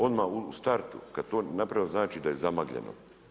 Odmah u startu, kad to naprave znači da je zamagljeno.